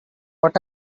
what